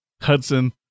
Hudson